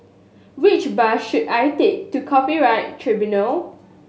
which bus should I take to Copyright Tribunal